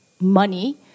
money